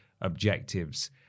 objectives